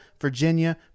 Virginia